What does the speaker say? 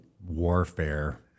warfare